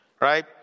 right